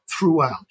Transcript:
Throughout